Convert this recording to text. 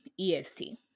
EST